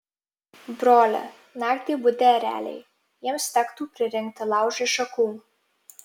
broli naktį budi ereliai jiems tektų pririnkti laužui šakų